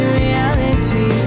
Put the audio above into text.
reality